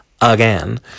again